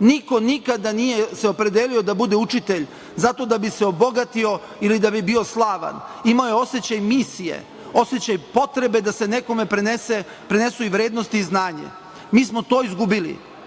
Niko nikada se nije opredelio da bude učitelj zato da bi se obogatio ili da bi bio slavan. Imao je osećaj misije, osećaj potrebe da se nekome prenesu vrednosti i znanje. Mi smo to izgubili.